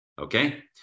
okay